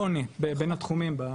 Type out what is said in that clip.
תסבירו לנו?